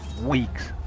Weeks